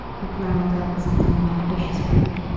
he growled out something about a vicious brute.